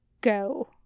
go